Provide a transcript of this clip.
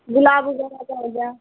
गुलाब वग़ेरह का हो गया